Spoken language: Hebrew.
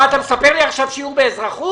מה, אתה מספר לי עכשיו שיעור באזרחות?